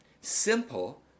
simple